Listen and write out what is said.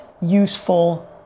useful